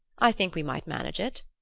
i think we might manage it.